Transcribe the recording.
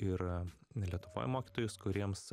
ir lietuvoj mokytojus kuriems